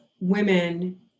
women